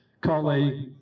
colleague